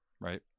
Right